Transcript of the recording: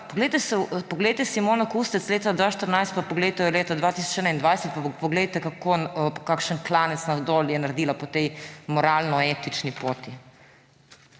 Poglejte Simono Kustec leta 2014 in poglejte jo v letu 2021. In poglejte, kakšen klanec navzdol je naredila po tej moralno-etični poti.